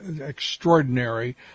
extraordinary